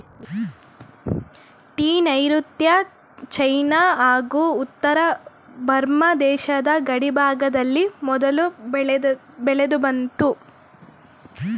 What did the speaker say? tea ನೈರುತ್ಯ China ಹಾಗೂ ಉತ್ತರ ಬರ್ಮ ದೇಶದ ಗಡಿಭಾಗದಲ್ಲಿ ಮೊದಲು ಬೆಳೆದುಬಂತು